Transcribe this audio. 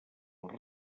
els